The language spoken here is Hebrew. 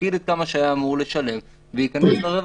יפקיד את מה שהוא היה אמור לשלם ויכנס לרווחים.